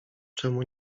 czemu